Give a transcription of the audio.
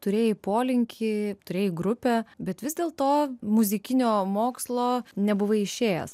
turėjai polinkį turėjai grupę bet vis dėlto muzikinio mokslo nebuvai išėjęs